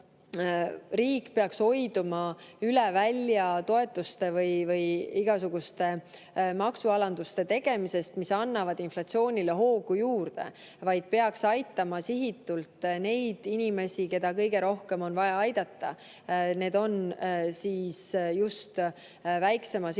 riik peaks hoiduma üle välja toetuste või igasuguste maksualanduste tegemisest, mis annavad inflatsioonile hoogu juurde, vaid peaks aitama sihistatult neid inimesi, keda kõige rohkem on vaja aidata. Need on just väiksema sissetulekuga